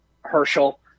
Herschel